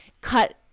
cut